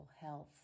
health